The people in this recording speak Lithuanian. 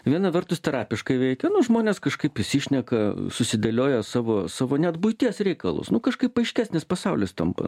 viena vertus terapiškai veikia nu žmonės kažkaip išsišneka susidėlioja savo savo net buities reikalus nu kažkaip aiškesnis pasaulis tampa